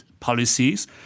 Policies